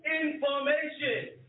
information